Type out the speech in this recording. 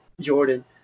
Jordan